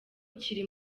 kiri